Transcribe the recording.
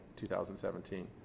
2017